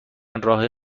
راه